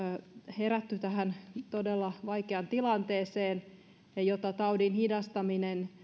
herätty tähän todella vaikeaan tilanteeseen jota taudin hidastaminen